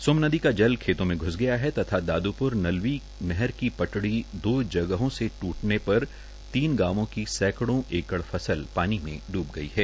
सोमनद का जल खेत म घुस गया है तथा दादूपुर नलवी नहर क पटड़ी दो जगह से टूटने पर तीन गाव क सकड़ एकड़ फसल पानी म डूब गई है